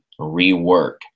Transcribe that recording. rework